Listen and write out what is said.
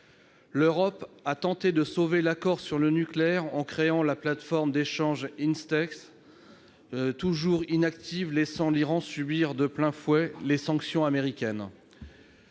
L'Europe a tenté de sauver l'accord sur le nucléaire en créant la plateforme d'échanges Instex, toujours inactive, ce qui laisse l'Iran subir de plein fouet les sanctions américaines.